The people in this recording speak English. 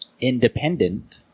independent